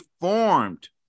formed